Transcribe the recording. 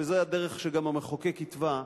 וזוהי הדרך שגם המחוקק התווה,